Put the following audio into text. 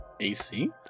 AC